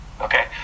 Okay